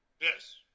Yes